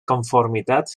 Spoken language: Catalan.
conformitat